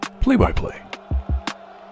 Play-by-play